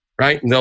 Right